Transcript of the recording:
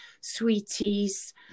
sweeties